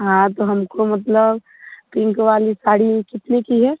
हाँ तो हम को मतलब पिंक वाली साड़ी कितने की है